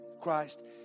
Christ